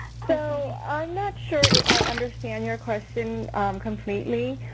so i'm not sure if i understand your question completely.